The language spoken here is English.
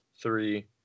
three